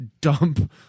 dump